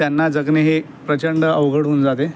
त्यांना जगणे हे प्रचंड अवघड होऊन जाते